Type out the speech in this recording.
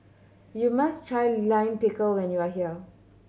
you must try Lime Pickle when you are here